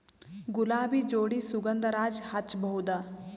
ಗುಲಾಬಿ ಜೋಡಿ ಸುಗಂಧರಾಜ ಹಚ್ಬಬಹುದ?